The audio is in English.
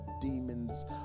demons